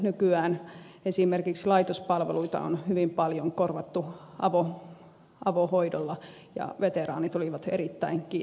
nykyään esimerkiksi laitospalveluita on hyvin paljon korvattu avohoidolla ja veteraanit olivat erittäin kiitollisia tästä